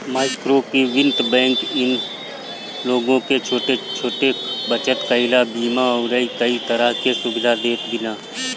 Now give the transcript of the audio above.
माइक्रोवित्त बैंक इ लोग के छोट छोट बचत कईला, बीमा अउरी कई तरह के सुविधा देत बिया